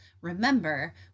remember